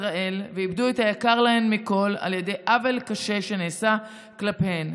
ישראל ואיבדו את היקר להן מכול על ידי עוול שנעשה כלפיהן.